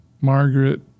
Margaret